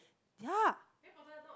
yeah